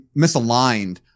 misaligned